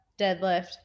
deadlift